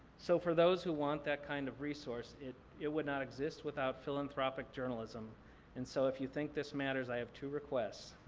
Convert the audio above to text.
so for those who want that kind of resource, it it would not exist without philanthropic journalism and so if you think this matters, i have two requests.